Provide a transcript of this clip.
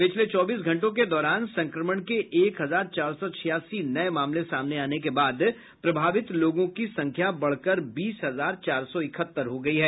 पिछले चौबीस घंटों के दौरान संक्रमण के एक हजार चार सौ छियासी नये मामले सामने आने के बाद प्रभावित लोगों की संख्या बढ़कर बीस हजार चार सौ इकहत्तर हो गयी है